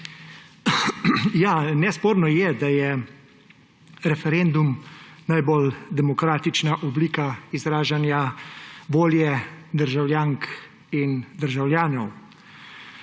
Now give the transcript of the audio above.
Ja, nesporno je, da je referendum najbolj demokratična oblika izražanja volje državljank in državljanov.